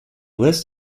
list